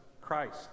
Christ